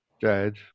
dead